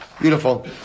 Beautiful